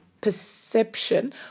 perception